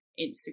Instagram